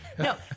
No